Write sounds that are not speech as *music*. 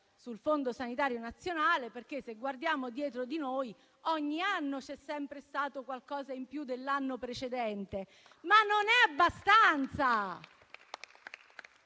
sul fondo sanitario nazionale. Se guardiamo dietro di noi, ogni anno c'è sempre stato qualcosa in più dell'anno precedente, *applause* ma non è abbastanza.